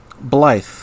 Blythe